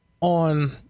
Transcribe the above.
on